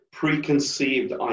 preconceived